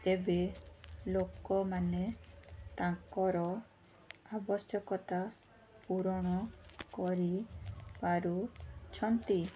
ଏବେ ଲୋକମାନେ ତାଙ୍କର ଆବଶ୍ୟକତା ପୂରଣ କରି ପାରୁଛନ୍ତି